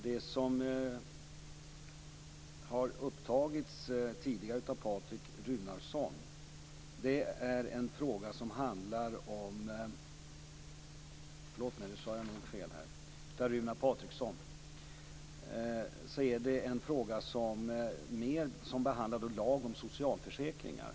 Det som har tagits upp av Runar Patriksson tidigare är ett förslag till lag om socialförsäkringar.